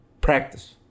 Practice